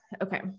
okay